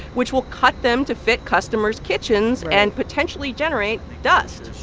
which will cut them to fit customers' kitchens and potentially generate dust.